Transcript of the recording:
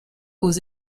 aux